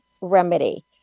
remedy